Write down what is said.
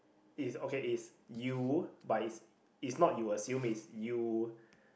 it's okay it's you but it's it's not you assume it's you